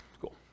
cool